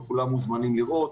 וכולם מוזמנים לראות,